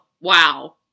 wow